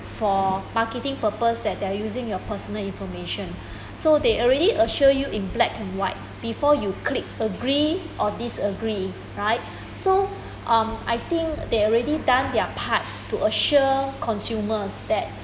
for marketing purpose that they are using your personal information so they already assure you in black and white before you click agree or disagree right so um I think they already done their part to assure consumers that